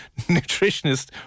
nutritionist